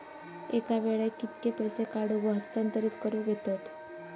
एका वेळाक कित्के पैसे काढूक व हस्तांतरित करूक येतत?